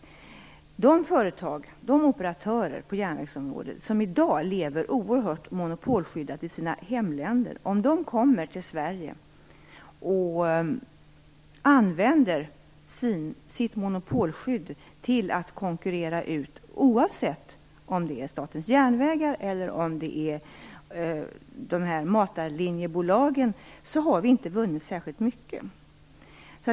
Om de företag och de operatörer på järnvägsområdet som i dag lever oerhört monopolskyddat i sina hemländer kommer till Sverige och använder sitt monopolskydd till att konkurrera ut något bolag - oavsett om det är Statens järnvägar eller om det är något matarlinjebolag - har vi inte vunnit särskilt mycket.